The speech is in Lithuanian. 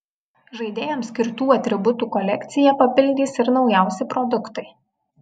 žaidėjams skirtų atributų kolekciją papildys ir naujausi produktai